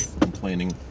complaining